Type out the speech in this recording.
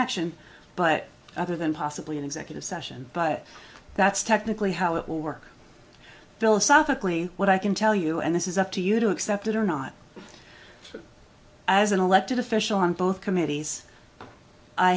action but other than possibly an executive session but that's technically how it will work philosophically what i can tell you and this is up to you to accept it or not as an elected official on both committees i